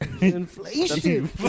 Inflation